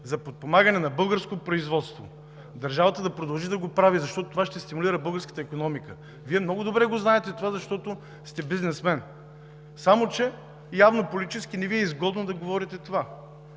за подпомагане на българско производство, държавата да продължи да го прави, защото това ще стимулира българската икономика! Вие много добре знаете това, защото сте бизнесмен. Само че явно политически не Ви е изгодно да говорите това.